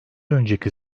önceki